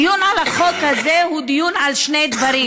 הדיון על החוק הזה הוא דיון על שני דברים: